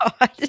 God